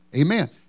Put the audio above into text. Amen